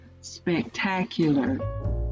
spectacular